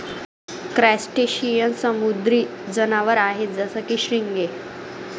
crustacean समुद्री जनावर आहे जसं की, झिंगे